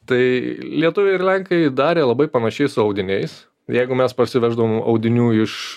tai lietuviai ir lenkai darė labai panašiai su audiniais jeigu mes parsiveždavom audinių iš